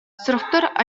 сорохтор